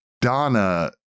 Donna